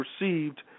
received